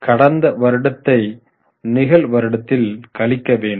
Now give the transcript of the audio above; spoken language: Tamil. கடந்த வருடத்தை நிகழ் வருடத்தில் கழிக்க வேண்டும்